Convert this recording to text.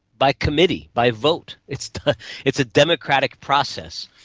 by committee, by vote. it's ah it's a democratic process,